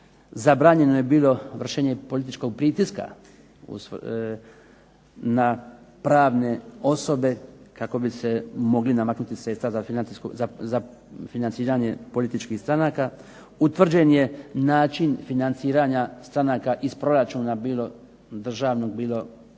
zabranjeno je bilo vršenje političkog pritiska na pravne osobe kako bi se mogla namaknuti sredstva za financiranje političkih stranaka. Utvrđen je način financiranja stranaka iz proračuna bilo državnog, bilo lokalnog.